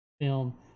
film